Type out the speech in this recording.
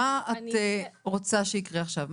מה את רוצה שיקרה עכשיו?